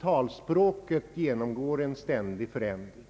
Talspråket genomgår en ständig förändring.